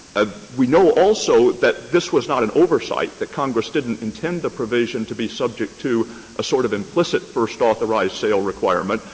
ah we know also that this was not an oversight, that congress didn't intend the provision to be subject to a sort of implicit first authorized sale requirement,